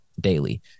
daily